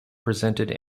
presented